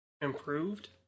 improved